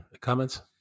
comments